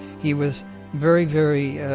he was very, very